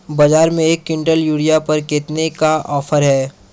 बाज़ार में एक किवंटल यूरिया पर कितने का ऑफ़र है?